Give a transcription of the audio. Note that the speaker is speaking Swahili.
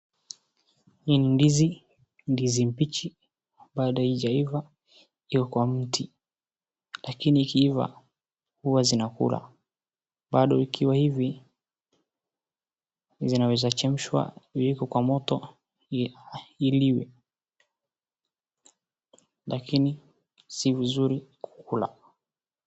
Hii ni ndizi, ndizi mbichi bado haijaiva, iko kwa mti lakini ikiiva huwa zinakulwa. Bado ikiwa hivi, zinaweza chemshwa, viwekwe kwa moto iliwe, lakini si vizuri kukula.